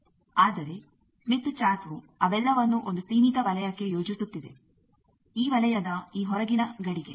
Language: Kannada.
ಆದರೆ ಸ್ಮಿತ್ ಚಾರ್ಟ್ವು ಅವೆಲ್ಲವನ್ನು ಒಂದು ಸೀಮಿತ ವಲಯಕ್ಕೆ ಯೋಜಿಸುತ್ತಿದೆ ಈ ವಲಯದ ಈ ಹೊರಗಿನ ಗಡಿಗೆ